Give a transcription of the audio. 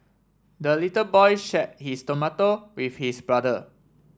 the little boy share his tomato with his brother